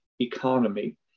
economy